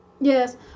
Yes